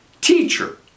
teacher